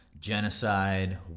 genocide